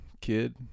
kid